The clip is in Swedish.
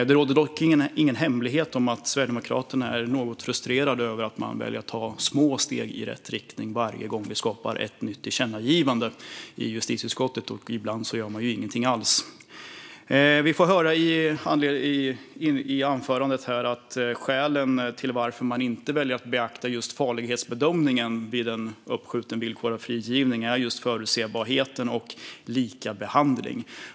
Det är dock ingen hemlighet att Sverigedemokraterna är något frustrerade över att man väljer att ta små steg i rätt riktning varje gång vi skapar ett nytt tillkännagivande i justitieutskottet och att man ibland inte gör någonting alls. Vi fick höra i anförandet här att skälen till att man väljer att inte beakta farlighetsbedömningen vid en uppskjuten villkorad frigivning är just förutsebarheten och likabehandlingen.